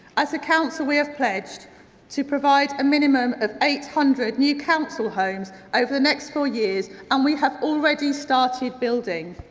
as a council we have pledged to provide a minimum of eight hundred new council homes over the next four years and we have already started building.